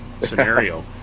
scenario